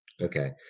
Okay